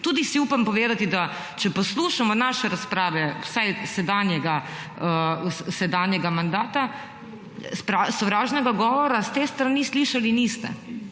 Tudi si upam povedati, da če poslušamo naše razprave, vsaj sedanjega mandata, sovražnega govora s te strani slišali niste.